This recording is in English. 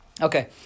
Okay